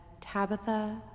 Tabitha